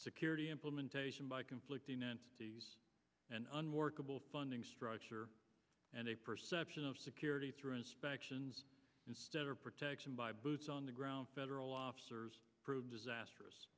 security implementation by conflicting entities an unworkable funding structure and a perception of security through inspections instead of protection by boots on the ground federal officers prove disastrous